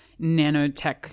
nanotech